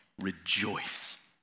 rejoice